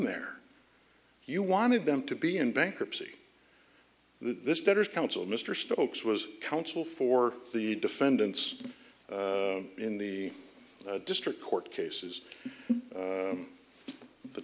there you wanted them to be in bankruptcy this debtors counsel mr stokes was counsel for the defendants in the district court case is the